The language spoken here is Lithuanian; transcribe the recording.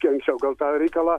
kenčia o gal tą reikalą